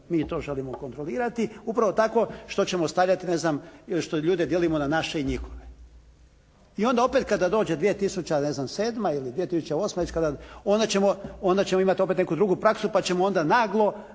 mi to želimo kontrolirati, upravo tako što ćemo stavljati ne znam, što ljude dijelimo na naše i njihove. I onda opet kada dođe 2007. ili ne znam 2008., već kada, onda ćemo opet imati neku drugu praksu, pa ćemo onda naglo